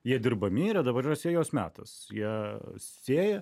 jie dirbami yra dabar yra sėjos metas jie sėja